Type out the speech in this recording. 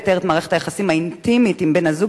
לתאר את מערכת היחסים האינטימית עם בן-הזוג